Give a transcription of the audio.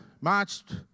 marched